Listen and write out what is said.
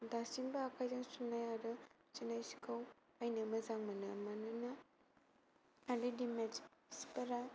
दासिमबो आखाइजों सुनाय आरो जोनाय सिखौ नायनो मोजां मोनो मानोना रेडिमेड सिफोरा